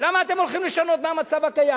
למה אתם הולכים לשנות מהמצב הקיים?